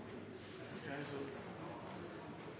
er